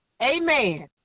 Amen